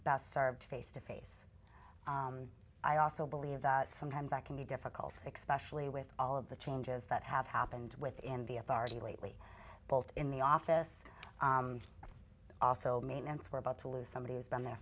best served face to face i also believe that sometimes that can be difficult expression with all of the changes that have happened within the authority lately both in the office also maintenance were about to lose somebody who's been there